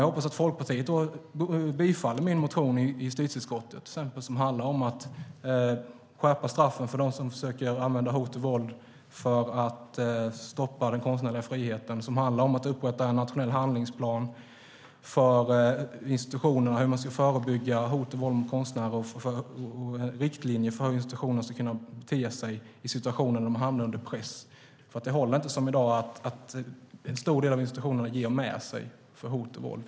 Jag hoppas att Folkpartiet i justitieutskottet tillstyrker min motion om att skärpa straffen för dem som använder hot och våld för att stoppa den konstnärliga friheten. Det handlar om att upprätta en nationell handlingsplan för institutionerna för hur man ska förebygga hot och våld mot konstnärer och om riktlinjer för hur institutionerna ska bete sig i pressade situationer. Det håller inte att som i dag en stor del av institutionerna ger med sig på grund av hot och våld.